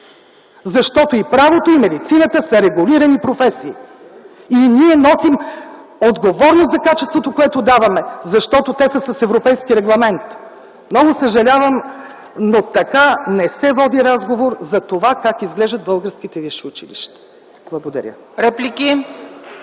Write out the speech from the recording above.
Защото и правото, и медицината са регулирани професии и ние носим отговорност за качеството, което даваме, защото те са с европейски регламент. Много съжалявам, но така не се води разговор за това как изглеждат българските висши училища. Благодаря.